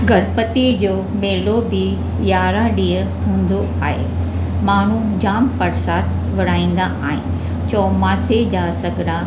गणपति जो मेलो बि यारहं ॾींहं हूंदो आहे माण्हू जाम परसाद विरिहाईंदा आहिनि चौमासे सा सगिड़ा